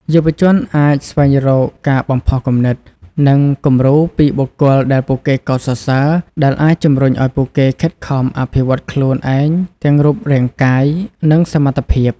យុវជនអាចស្វែងរកការបំផុសគំនិត និងគំរូពីបុគ្គលដែលពួកគេកោតសរសើរ ដែលអាចជំរុញឲ្យពួកគេខិតខំអភិវឌ្ឍខ្លួនឯងទាំងរូបរាងកាយ និងសមត្ថភាព។